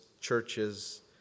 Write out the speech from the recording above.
churches